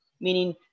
meaning